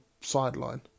sideline